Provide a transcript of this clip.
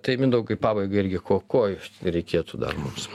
tai mindaugai pabaigai irgi ko ko iš reikėtų dar mums